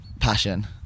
passion